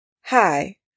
Hi